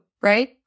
right